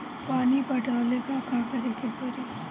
पानी पटावेला का करे के परी?